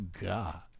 god